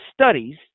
studies